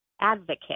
advocate